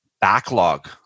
backlog